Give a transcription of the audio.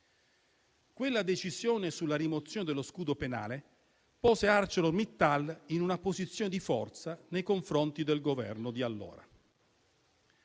Quella decisione sulla rimozione dello scudo penale pose ArcelorMittal in una posizione di forza nei confronti del Governo di allora.